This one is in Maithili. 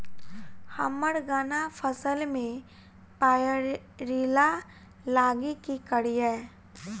हम्मर गन्ना फसल मे पायरिल्ला लागि की करियै?